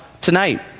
tonight